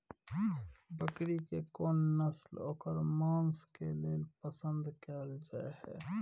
बकरी के कोन नस्ल ओकर मांस के लेल पसंद कैल जाय हय?